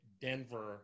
Denver